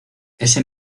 ese